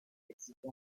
existe